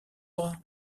bras